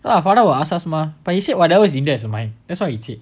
our father will ask us mah but he said whatever is in india is mine that's what he said